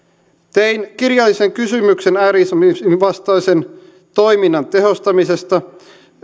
tein kirjallisen kysymyksen ääri islamismin vastaisen toiminnan tehostamisesta